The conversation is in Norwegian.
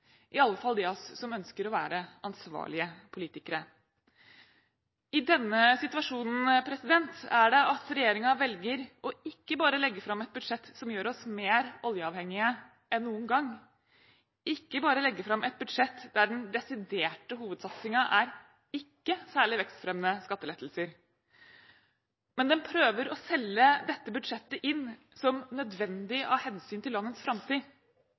iallfall de av oss som ønsker å være ansvarlige politikere. I denne situasjonen er det at regjeringen velger ikke bare å legge fram et budsjett som gjør oss mer oljeavhengige enn noen gang, ikke bare å legge fram et budsjett der den desiderte hovedsatsingen er ikke særlig vekstfremmende skattelettelser, men den prøver å selge dette budsjettet inn som nødvendig av hensyn til landets framtid.